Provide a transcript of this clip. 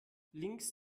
links